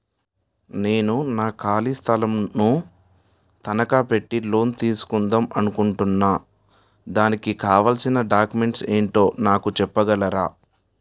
నేను నా ఖాళీ స్థలం ను తనకా పెట్టి లోన్ తీసుకుందాం అనుకుంటున్నా దానికి కావాల్సిన డాక్యుమెంట్స్ ఏంటో నాకు చెప్పగలరా?